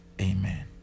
Amen